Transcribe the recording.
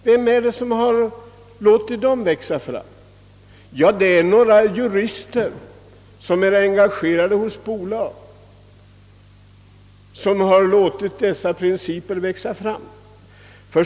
Vem är det som låtit detta ske? Jo, några jurister som är engagerade hos bolagen.